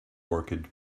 orchid